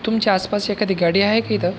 तुमच्या आसपास एखादी गाडी आहे तिथे